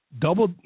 Double